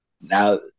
Now